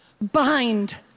Bind